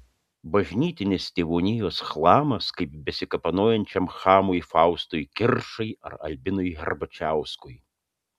bažnytinis tėvonijos chlamas kaip besikapanojančiam chamui faustui kiršai ar albinui herbačiauskui